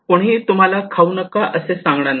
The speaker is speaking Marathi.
कोणीही तुम्हाला खाऊ नका असे सांगणार नाही